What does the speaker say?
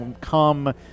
come